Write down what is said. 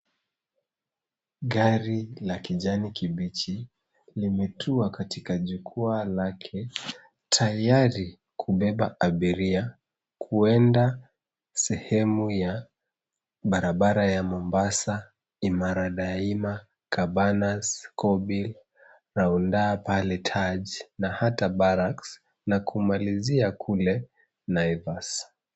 Gari la kijani kibichi limetua katika jukwaa lake, tayari kubeba abiria kuenda sehemu ya barabara ya Mombasa, Imara Daima, Kabanas, Kobil, roundaa pale Taj na hata Barracks na kumalizia kule Naivas.